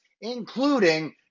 including